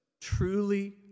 truly